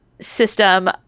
system